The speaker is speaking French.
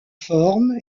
forme